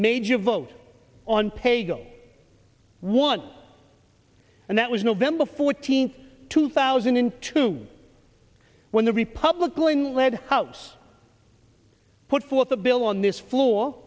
major vote on paygo one and that was november fourteenth two thousand and two when the republic going lead house put forth a bill on this fo